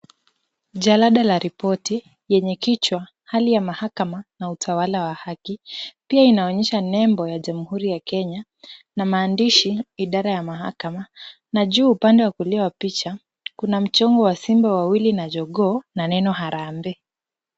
Jalada la ripoti yenye kichwa hali ya mahakama na utawala wa haki, pia inaonyesha nembo ya jamhuri ya Kenya na maandishi idara ya mahakama na juu upande wa kulia wa picha, kuna mchongo wa simba wawili na jogoo na neno Harambee.